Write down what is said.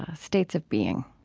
ah states of being.